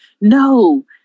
no